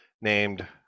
named